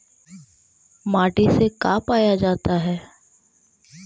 माटी से का पाया जाता है?